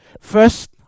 First